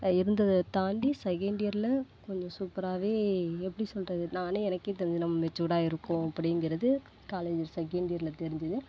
இருந்ததை தாண்டி செகண்ட் இயரில் கொஞ்சம் சூப்பராகவே எப்படி சொல்லுறது நானே எனக்கே தெரிஞ்சிது நம்ப மெச்சூடாக இருக்கோம் அப்படிங்குறது காலேஜ் செகண்ட் இயரில் தெரிஞ்சிது